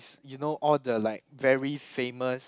you know all the like very famous